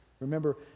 Remember